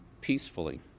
peacefully